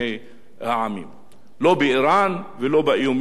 לא באירן ולא באיומים של אירן.